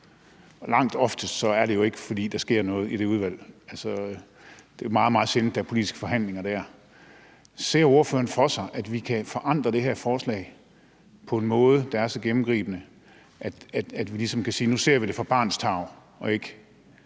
men oftest er det jo ikke, fordi der sker noget i det udvalg. Altså, det er meget, meget sjældent, at der er politiske forhandlinger der. Ser ordføreren for sig, at vi kan forandre det her forslag på en måde, der er så gennemgribende, at vi ligesom kan sige, at nu ser vi det ud fra barnets tarv og ikke